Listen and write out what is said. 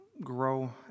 grow